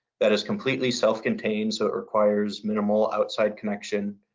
that is completely self-contained. so, it requires minimal outside connection.